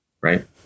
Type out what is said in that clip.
right